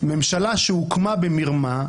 שממשלה שהוקמה במרמה,